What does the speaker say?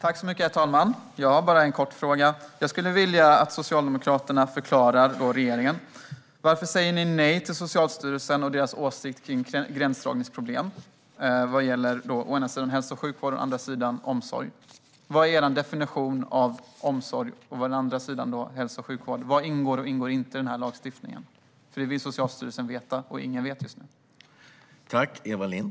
Herr talman! Jag har bara en kort fråga. Jag skulle vilja att Socialdemokraterna och regeringen förklarar varför ni säger nej till Socialstyrelsen och deras åsikt om gränsdragningsproblem när det gäller å ena sidan hälso och sjukvård och å andra sidan omsorg. Vad är er definition av omsorg och hälso och sjukvård? Vad ingår och vad ingår inte i den här lagstiftningen? Det vill Socialstyrelsen veta. Ingen vet det just nu.